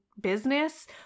business